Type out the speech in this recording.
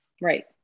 Right